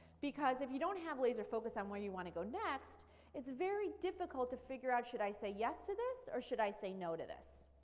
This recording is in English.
because if you don't have laser focus on where you want to go next it's very difficult to figure out should i say yes to this or should i say no to this,